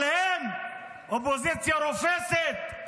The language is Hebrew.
אבל הם, אופוזיציה רופסת.